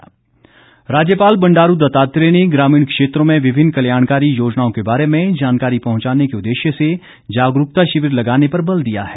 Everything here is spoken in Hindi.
राज्यपाल राज्यपाल बंडारू दत्तात्रेय ने ग्रामीण क्षेत्रों में विभिन्न कल्याणकारी योजनाओं के बारे में जानकारी पहुंचाने के उद्देश्य से जागरूकता शिविर लगाने पर बल दिया है